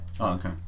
okay